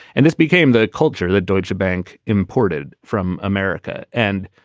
and this became the culture that deutschebank imported from america. and,